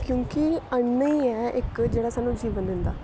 क्योंकि अन्न ई ऐ इक जेह्ड़ा सानूं जीवन दिंदा